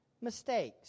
mistakes